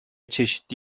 çeşitli